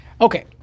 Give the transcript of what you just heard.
Okay